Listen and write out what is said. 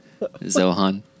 Zohan